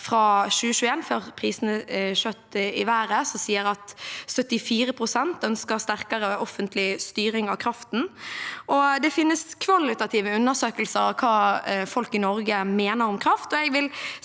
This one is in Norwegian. fra 2021, før prisene skjøt i været, som sier at 74 pst. ønsker sterkere offentlig styring av kraften. Det finnes også kvalitative undersøkelser av hva folk i Norge mener om kraft,